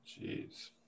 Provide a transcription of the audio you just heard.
Jeez